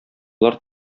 болар